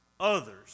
others